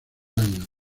años